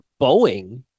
Boeing